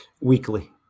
Weekly